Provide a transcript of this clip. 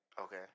Okay